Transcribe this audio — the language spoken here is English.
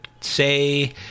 say